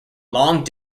long